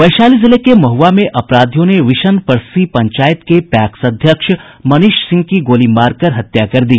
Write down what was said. वैशाली जिले के महुआ में अपराधियों ने विशन परसी पंचायत के पैक्स अध्यक्ष मनीष सिंह की गोली मारकर हत्या कर दी